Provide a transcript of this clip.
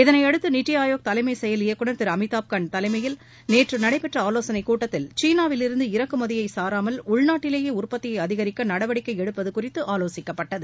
இதனையடுத்து நித்தி ஆயோக் தலைமை செயல் இயக்குனர் திரு அமிதாப் கண்ட் தலைமையில் நேற்று நடைபெற்ற ஆலோசனை கூட்டத்தில் சீனாவில் இருந்து இறக்குமதியை சாராமல் உள்நாட்டிலேயே உற்பத்தியை அதிகரிக்க நடவடிக்கை எடுப்பது குறித்து ஆலோசிக்கப்பட்டது